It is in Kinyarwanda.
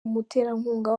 muterankunga